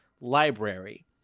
library